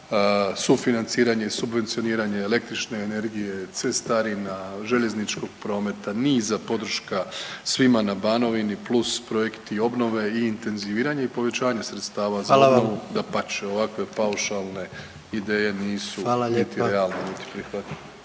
Sufinanciranje, subvencioniranje električne energije, cestarina, željezničkog prometa, niza podrška svima na Banovini plus projekti obnove i intenziviranje i i povećanje sredstava za obnovu…/Upadica predsjednik: Hvala